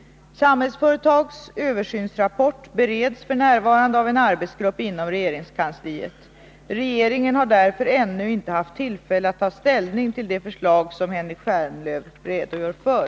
Samhällsföretags översynsrapport bereds f. n. av en arbetsgrupp inom regeringskansliet. Regeringen har därför ännu inte haft tillfälle att ta ställning till bl.a. det förslag som Henrik Stjernlöf redogör för.